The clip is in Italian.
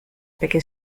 perché